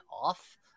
off